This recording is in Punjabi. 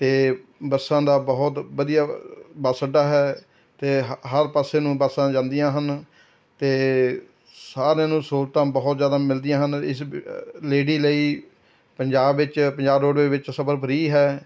ਅਤੇ ਬੱਸਾਂ ਦਾ ਬਹੁਤ ਵਧੀਆ ਬੱਸ ਅੱਡਾ ਹੈ ਅਤੇ ਹ ਹਰ ਪਾਸੇ ਨੂੰ ਬੱਸਾਂ ਜਾਂਦੀਆ ਹਨ ਅਤੇ ਸਾਰਿਆਂ ਨੂੰ ਸਹੂਲਤਾਂ ਬਹੁਤ ਜ਼ਿਆਦਾ ਮਿਲਦੀਆਂ ਹਨ ਇਸ ਲੇਡੀ ਲਈ ਪੰਜਾਬ ਵਿੱਚ ਪੰਜਾਬ ਰੋਡਵੇਜ਼ ਵਿੱਚ ਸਫ਼ਰ ਫ੍ਰੀ ਹੈ